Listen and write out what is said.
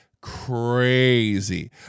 crazy